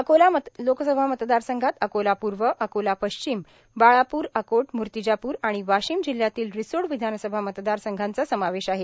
अकोला लोकसभा मतदारसंघात अकोला पूर्व अकोला पश्चिम बाळापूर अकोट म्र्तिजापूर आणि वाशिम जिल्ह्यातील रिसोड विधानसभा मतदारसंघांचा समावेश आहे